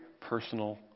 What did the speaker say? personal